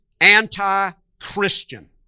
anti-Christian